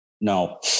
No